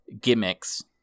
gimmicks